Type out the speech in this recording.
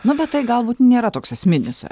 nu bet tai galbūt nėra toks esminis